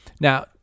now